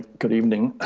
good evening.